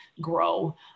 grow